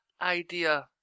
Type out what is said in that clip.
idea